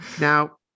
Now